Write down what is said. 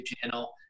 channel